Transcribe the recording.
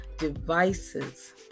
devices